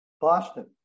Boston